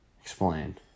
Explain